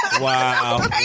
Wow